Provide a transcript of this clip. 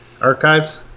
archives